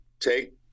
take